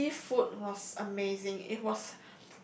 the seafood was amazing it was